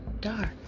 Dark